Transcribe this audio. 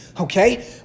Okay